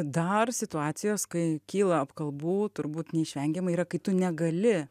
dar situacijos kai kyla apkalbų turbūt neišvengiamai yra kai tu negali